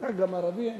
אין גם ערבים שם,